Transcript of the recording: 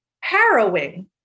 harrowing